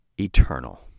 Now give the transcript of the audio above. eternal